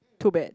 too bad